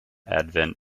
advent